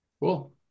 cool